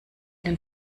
den